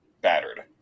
battered